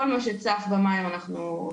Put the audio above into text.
כל מה שצף במים אנחנו עובדים איתו.